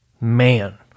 Man